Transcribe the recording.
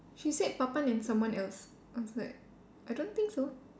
she said Papan and someone else I was like I don't think so